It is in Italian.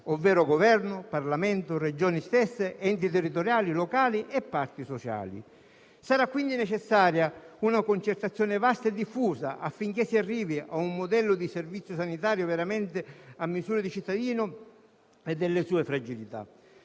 ovvero il Governo, il Parlamento, le stesse Regioni, gli enti territoriali e locali e le parti sociali. Sarà quindi necessaria una concertazione vasta e diffusa, affinché si arrivi a un modello di Servizio sanitario veramente a misura di cittadino e delle sue fragilità.